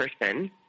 person